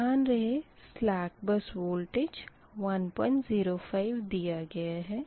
ध्यान रहे सलेक बस वोल्टेज 105 है